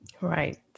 Right